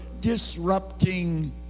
disrupting